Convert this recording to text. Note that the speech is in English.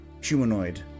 humanoid